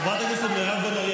חברת הכנסת מירב בן ארי,